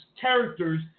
characters